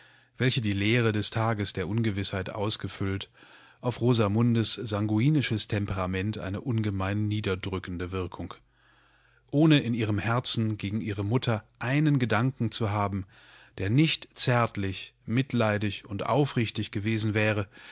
welche die leere des tages der ungewißheit ausgefüllt auf rosamundes sanguinisches temperament eine ungemein niederdrückende wirkung ohne in ihrem herzen gegen ihre mutter einen gedanken zu haben der nicht zärtlich mitleidig und aufrichtig gewesen wäre